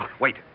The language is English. Wait